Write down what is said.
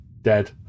dead